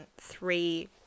three